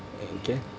okay